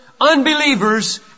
unbelievers